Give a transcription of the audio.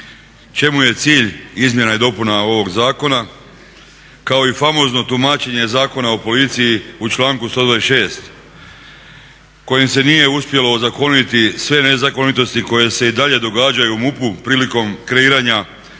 čemu je cilj izmjena i dopuna ovog zakona kao i famozno tumačenje Zakona o policiji u članku 126. kojim se nije uspjelo ozakoniti sve nezakonitosti koje se i dalje događaju u MUP-u prilikom kreiranja